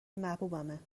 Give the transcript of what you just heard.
محبوبمه